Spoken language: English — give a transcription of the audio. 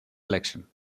election